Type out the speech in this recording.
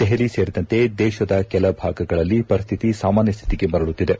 ದೆಹಲಿ ಸೇರಿದಂತೆ ದೇಶದ ಕೆಲ ಭಾಗಗಳಲ್ಲಿ ಪರಿಸ್ತಿತಿ ಸಾಮಾನ್ಯ ಸ್ಹಿತಿಗೆ ಮರಳುತ್ತಿದೆ